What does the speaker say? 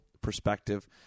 perspective